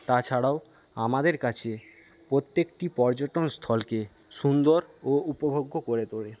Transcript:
তাছাড়াও আমাদের কাছে প্রত্যেকটি পর্যটনস্থলকে সুন্দর ও উপভোগ্য করে তোলে